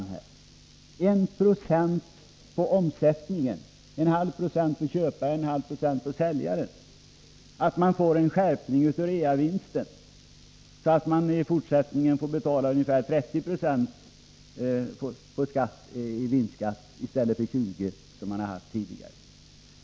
Det gäller 1 76 på omsättningen — 0,5 20 för köparen och 0,5 2 för säljaren — och det gäller en skärpning av reavinsten, så att man i fortsättningen får betala ungefär 30 90 i vinstskatt i stället för 20 96 som det har varit tidigare.